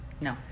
No